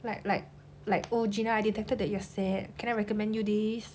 like like like oh gina I detected that you're sad can I recommend you this